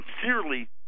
sincerely